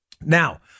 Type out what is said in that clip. Now